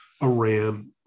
Iran